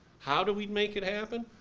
how do we make it happen?